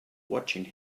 watching